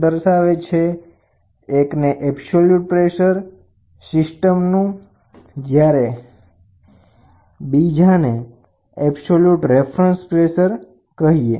એકને સિસ્ટમનું એબ્સોલ્યુટ પ્રેસરજ્યારે બીજાને એબ્સોલ્યુટ રેફરન્સ પ્રેસર કહે છે